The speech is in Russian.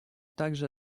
также